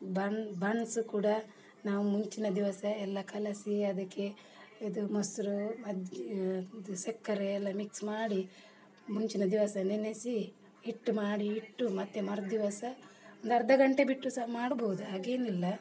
ಬನ್ buns ಕೂಡ ನಾವು ಮುಂಚಿನ ದಿವಸ ಎಲ್ಲ ಕಲಸಿ ಅದಕ್ಕೆ ಇದು ಮೊಸರು ಮಜ್ ಇದು ಸಕ್ಕರೆ ಎಲ್ಲ ಮಿಕ್ಸ್ ಮಾಡಿ ಮುಂಚಿನ ದಿವಸ ನೆನೆಸಿ ಹಿಟ್ಟು ಮಾಡಿ ಇಟ್ಟು ಮತ್ತು ಮರುದಿವಸ ಒಂದರ್ಧ ಗಂಟೆ ಬಿಟ್ಟು ಸಹ ಮಾಡ್ಬೋದು ಹಾಗೇನೂ ಇಲ್ಲ